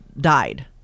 died